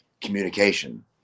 communication